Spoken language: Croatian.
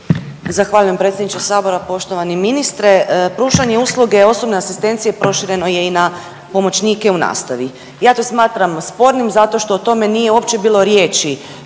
Zahvaljujem predsjedniče sabora. Poštovani ministre pružanje usluge osobne asistencije prošireno je i na pomoćnike u nastavi. Ja to smatram spornim zato što o tome nije uopće bilo riječi